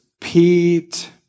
Pete